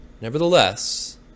Nevertheless